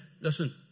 Listen